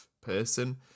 person